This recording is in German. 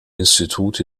institut